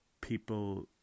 people